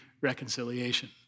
reconciliation